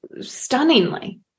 stunningly